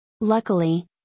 Luckily